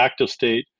ActiveState